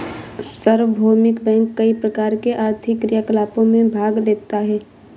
सार्वभौमिक बैंक कई प्रकार के आर्थिक क्रियाकलापों में भाग लेता है